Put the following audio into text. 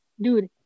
Dude